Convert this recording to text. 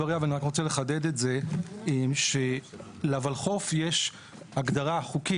אני מסכים עם דבריה ואני רק רוצה לחדד את זה שלוחלחו"ף יש הגדרה חוקית